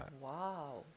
Wow